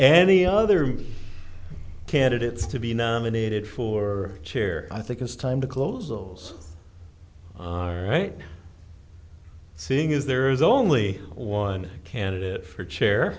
any other candidates to be nominated for chair i think it's time to close those right seeing is there is only one candidate for chair